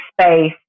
space